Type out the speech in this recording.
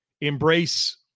embrace